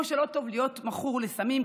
כמו שלא טוב להיות מכור לסמים,